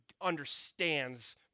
understands